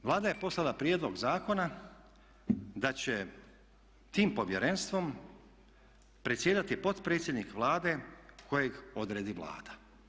E sada, Vlada je poslala prijedlog zakona da će tim povjerenstvom predsjedati potpredsjednik Vlade kojeg odredi Vlada.